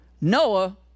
Noah